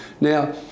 Now